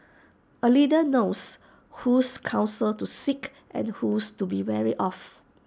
A leader knows whose counsel to seek and whose to be wary of